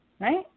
right